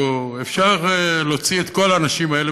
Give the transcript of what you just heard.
אפשר להוציא את כל האנשים האלה,